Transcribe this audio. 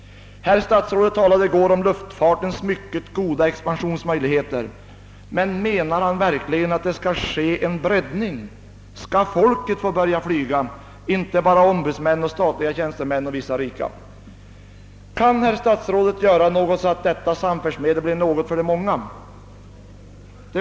Statsrådet Palme talade i går om luftfartens mycket goda expansionsmöjligheter, men menar statsrådet verkligen att det skall bli en breddning? Skall folket få börja flyga — inte bara ombudsmän, statliga tjänstemän och vissa rika? Kan statsrådet göra något så att detta samfärdsmedel blir av betydelse för det stora flertalet?